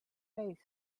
face